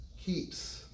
keeps